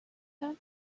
him